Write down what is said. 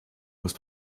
muss